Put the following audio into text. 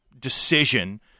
decision